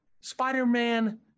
Spider-Man